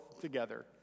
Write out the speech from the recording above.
together